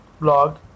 blog